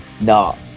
No